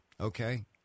okay